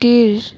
கீழ்